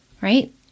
right